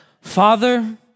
Father